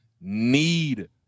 need